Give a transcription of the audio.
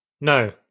No